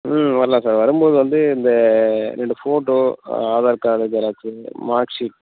ம் வரலாம் சார் வரும்போது வந்து இந்த ரெண்டு ஃபோட்டோ ஆ Aadhaar card xerox mark seat